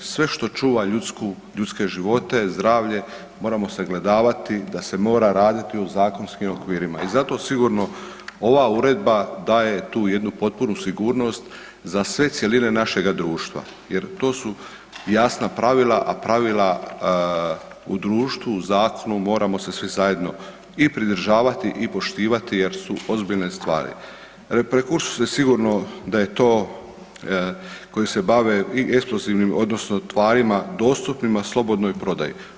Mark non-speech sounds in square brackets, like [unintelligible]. Sve što čuva ljudske živote, zdravlje, moramo sagledavati da se mora raditi u zakonskim okvirima i zato sigurno ova uredba daje tu jednu potpunu sigurnost za sve cjeline našega društva jer to su jasna pravila a pravila u društvu, zakonu, moramo se svi zajedno i pridržavati i poštivati jer su ozbiljne stvari. ... [unintelligible] da je to koji se bave i eksplozivnih odnosno tvarima dostupnima slobodnoj prodaji.